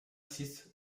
six